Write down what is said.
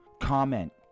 comment